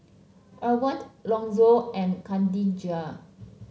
Erwined Lonzo and Kadijah